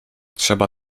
trzeba